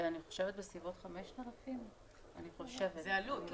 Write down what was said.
אני חושבת בסביבות 5,000. זה עלות.